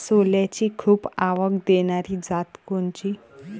सोल्याची खूप आवक देनारी जात कोनची?